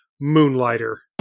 Moonlighter